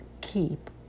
keep